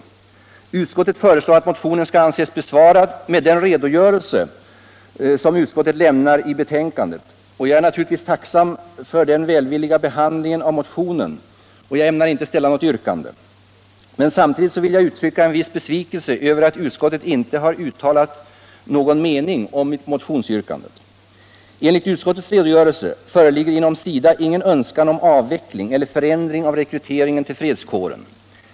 Utskottet föreslår att motionen skall anses besvarad med den redogörelse utskottet lämnar i betänkandet. Jag är naturligtvis tacksam för den välvilliga behandlingen av motionen, och jag ämnar inte ställa något yrkande. Samtidigt vill jag dock uttrycka en viss besvikelse över att utskottet inte uttalat någon mening om motionsyrkandet. Enligt utskottets redogörelse föreligger inom SIDA ingen önskan om avveckling eller förändring av rekryteringen till fredskåren.